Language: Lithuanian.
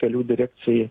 kelių direkcijai